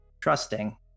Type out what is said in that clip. trusting